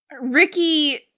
Ricky